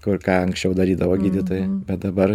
kur ką anksčiau darydavo gydytojai bet dabar